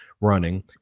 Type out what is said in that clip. running